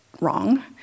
wrong